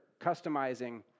customizing